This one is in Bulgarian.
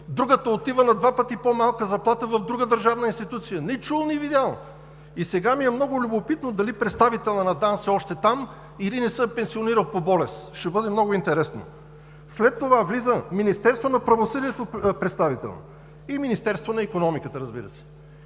Другата отива на два пъти по-малка заплата в друга държавна институция. Ни чул, ни видял! Сега ми е много любопитно дали представителят на ДАНС е още там, или не се е пенсионирал по болест. Ще бъде много интересно! След това влиза представител от Министерството на правосъдието и на Министерството на икономиката, разбира се.